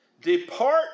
Depart